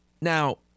now